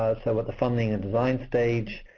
so at the funding and design stage,